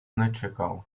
nečekal